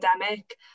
pandemic